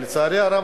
לצערי הרב,